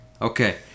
Okay